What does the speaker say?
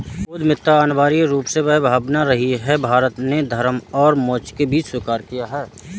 उद्यमिता अनिवार्य रूप से वह भावना रही है, भारत ने धर्म और मोक्ष के बीच स्वीकार किया है